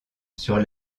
sur